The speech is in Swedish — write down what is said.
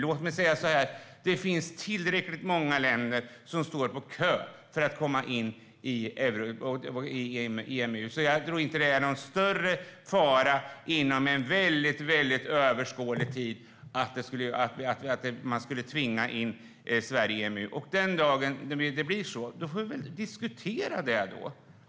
Låt mig säga så här: Det finns tillräckligt många länder som står på kö för att komma in i EMU, så jag tror inte att det är någon större fara för att Sverige inom överskådlig tid skulle tvingas in i EMU. Den dagen det blir så får vi väl diskutera det då.